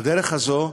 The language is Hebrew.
בדרך הזו,